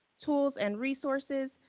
tools, and resources,